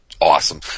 awesome